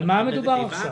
על מה מדובר עכשיו?